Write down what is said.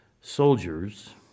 soldiers